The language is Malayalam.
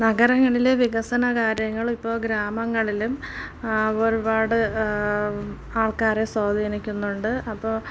നഗരങ്ങളിൽ വികസന കാര്യങ്ങൾ ഇപ്പോൾ ഗ്രാമങ്ങളിലും ഒരുപാട് ആൾക്കാരെ സ്വാധീനിക്കുന്നുണ്ട് അപ്പോൾ